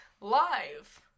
live